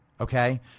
Okay